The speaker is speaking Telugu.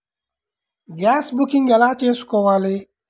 గ్యాస్ బుకింగ్ ఎలా చేసుకోవాలి?